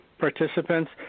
participants